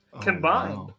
combined